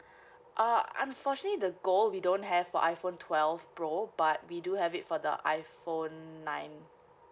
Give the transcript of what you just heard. uh unfortunately the gold we don't have for iphone twelve pro but we do have it for the iphone nine